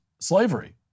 slavery